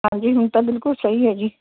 ਹਾਂਜੀ ਹੁਣ ਤਾਂ ਬਿਲਕੁਲ ਸਹੀ ਹੈ ਜੀ